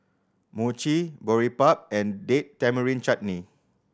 Mochi Boribap and Date Tamarind Chutney